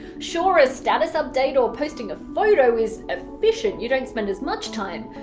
sure a status update or posting a photo is efficient, you don't spend as much time,